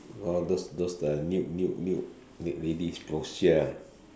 orh those those the nude nude nude lady poster ah